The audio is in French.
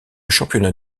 championnat